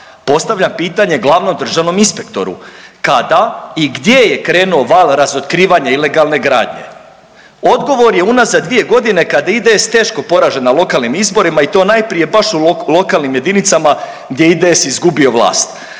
Postavljam pitanje glavnom državnom inspektoru, kada i gdje je krenuo val razotkrivanja ilegalne gradnje? Odgovor je unazad 2.g. kada je IDS teško poražen na lokalnim izborima i to najprije baš u lokalnim jedinicama gdje je IDS izgubio vlast.